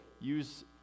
use